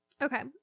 Okay